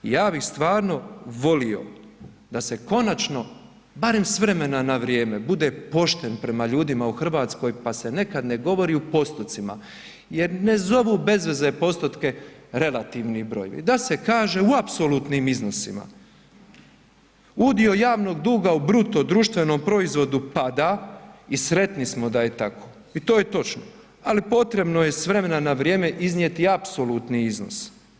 Ja bih stvarno volio da se konačno barem s vremena na vrijeme bude pošten prema ljudima u Hrvatskoj pa se nekad ne govori u postotcima jer ne zovu bez veze postotke relativni brojevi, da se kaže u apsolutnim iznosima, udio javnog duga u BDP-u pada i sretni smo da je tako i to je točno, ali potrebno je s vremena na vrijeme iznijeti apsolutni iznos.